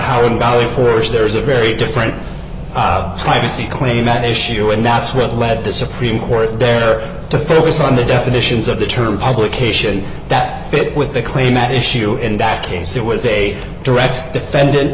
how in valley forge there is a very different privacy claim at issue and that's what led the supreme court there to focus on the definitions of the term publication that fit with the claim at issue in that case it was a direct defendant